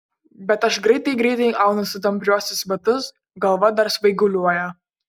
bet aš greitai greitai aunuosi tampriuosius batus galva dar svaiguliuoja